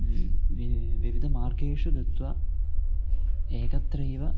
we've विविधविविधमार्गेषु गत्वा एकत्रैव